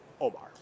Omar